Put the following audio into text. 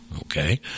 okay